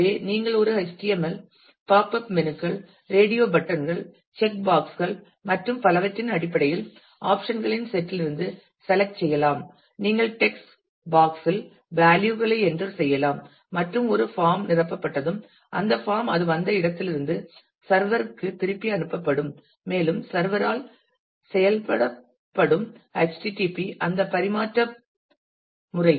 எனவே நீங்கள் ஒரு HTML பாப்அப் மெனுக்கள் ரேடியோ பட்டன் கள் செக் பாக்ஸ் கள் மற்றும் பலவற்றின் அடிப்படையில் ஆப்ஷன் களின் செட் லிருந்து செலக்ட் செய்யலாம் நீங்கள் டெக்ஸ்ட் பாக்ஸ் இல் வேல்யூ களை என்டர் செய்யலாம் மற்றும் ஒரு பாம் நிரப்பப்பட்டதும் அந்த பாம் அது வந்த இடத்திலிருந்து சர்வர் ற்கு திருப்பி அனுப்பப்படும் மேலும் சர்வர் ஆல் செயல்படப்படும் http அந்த பரிமாற்ற முறையில் உதவுகிறது